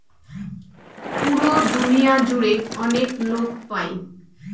পুরো দুনিয়া জুড়ে অনেক লোক পাই